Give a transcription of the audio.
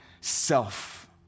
self